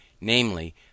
namely